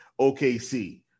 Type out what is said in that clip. OKC